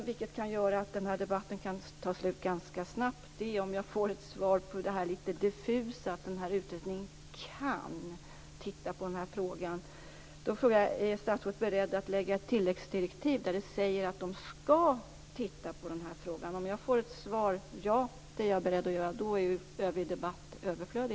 Om jag får ett besked om det lite diffusa, att utredningen kan titta på frågan, kan den här debatten snabbt ta slut. Är statsrådet beredd att ge ett tilläggsdirektiv där man säger att utredningen skall titta på frågan? Om jag får svaret att statsrådet är beredd att göra det, då är övrig debatt överflödig.